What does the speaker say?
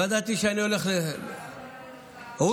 אני הולכת שנייה לשתות משהו, כי זה מרגיז אותי.